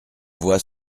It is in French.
voit